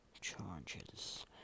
charges